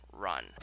run